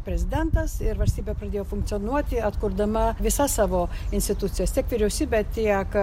prezidentas ir valstybė pradėjo funkcionuoti atkurdama visas savo institucijas tiek vyriausybę tiek